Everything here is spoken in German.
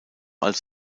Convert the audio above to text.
als